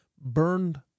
burned